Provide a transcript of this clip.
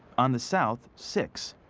on the south, six.